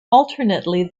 alternatively